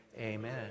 Amen